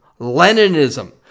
Leninism